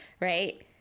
right